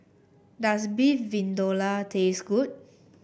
does Beef Vindaloo taste good